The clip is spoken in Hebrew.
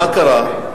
מה קרה?